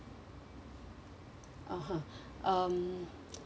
(uh huh) um